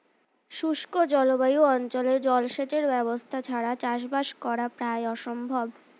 শুষ্ক জলবায়ু অঞ্চলে জলসেচের ব্যবস্থা ছাড়া চাষবাস করা প্রায় অসম্ভব